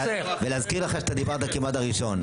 להזכיר לך, אתה דיברת הראשון.